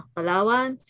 Palawan